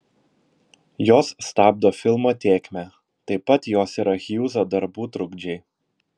jos stabdo filmo tėkmę taip pat jos yra hjūzo darbų trukdžiai